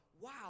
wow